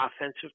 offensive